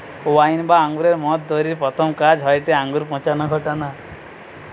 wine বা আঙুরের মদ তৈরির প্রথম কাজ হয়টে আঙুরে পচন ঘটানা